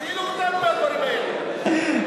תצילו אותנו מהדברים האלה.